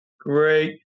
great